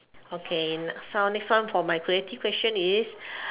okay so next one for my creative question is